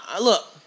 Look